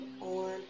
on